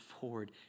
forward